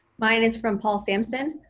mine is from paul samson.